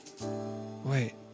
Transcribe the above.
Wait